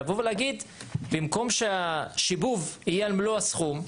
לבוא ולהגיד במקום שהשיבוב יהיה על מלוא הסכום,